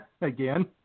again